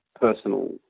personal